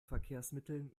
verkehrsmitteln